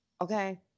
okay